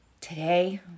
Today